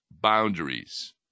boundaries